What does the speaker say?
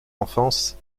enfance